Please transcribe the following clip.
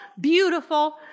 beautiful